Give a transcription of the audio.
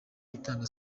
itanga